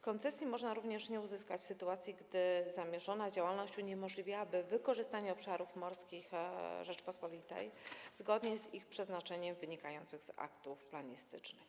Koncesji można również nie uzyskać w sytuacji, gdy zamierzona działalność uniemożliwiałaby wykorzystanie obszarów morskich Rzeczypospolitej zgodnie z ich przeznaczeniem wynikającym z aktów planistycznych.